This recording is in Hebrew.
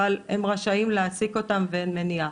אבל הם רשאים להעסיק אותם ואין מניעה.